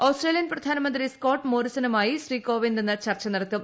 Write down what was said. Australian പ്രധാനമന്ത്രി Scott മോറിസണുമായി ശ്രീ കോവിന്ദ് ഇന്ന് ചർച്ച നടത്തും